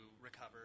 recover